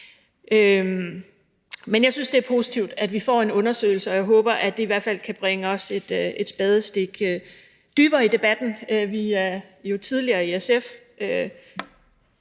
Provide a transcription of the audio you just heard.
Men jeg synes, det er positivt, at vi får en undersøgelse, og jeg håber, at det i hvert fald kan bringe os et spadestik dybere i debatten. Vi har i SF tidligere